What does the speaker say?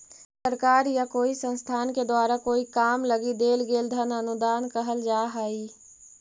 सरकार या कोई संस्थान के द्वारा कोई काम लगी देल गेल धन अनुदान कहल जा हई